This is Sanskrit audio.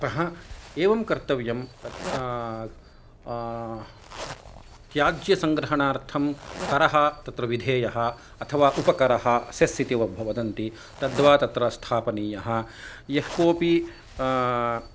अतः एवं कर्तव्यं त्याज्य सङ्ग्रहणार्थं करः तत्र विधेयः अथवा उपकरः सेस् इतिः वा वदन्ति तद्वा तत्र स्थापनीयः यः कोऽपि